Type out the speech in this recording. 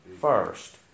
first